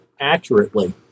accurately